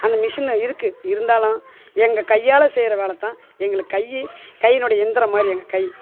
அந்த மிஷினு இருக்குது இருந்தாலும் எங்கள் கையால் செய்கிற வேலைதான் எங்களுக்கு கை கையினுடைய எந்திரம் மாதிரி எங்கள் கை